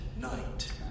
night